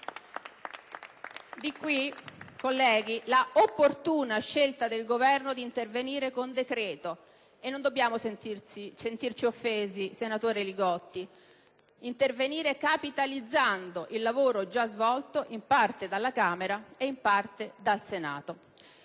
*PdL)*. Di qui, colleghi, l'opportuna scelta del Governo di intervenire con decreto (e di questo non dobbiamo sentirci offesi, senatore Li Gotti), capitalizzando il lavoro già svolto in parte dalla Camera e in parte dal Senato.